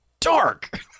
dark